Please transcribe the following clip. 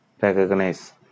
recognize